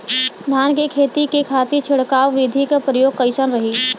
धान के खेती के खातीर छिड़काव विधी के प्रयोग कइसन रही?